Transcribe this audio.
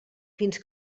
fins